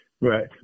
Right